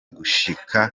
gushika